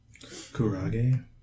Kurage